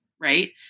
right